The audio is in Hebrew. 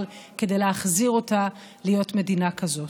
כדי להחזיר אותה להיות מדינה כזאת.